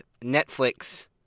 Netflix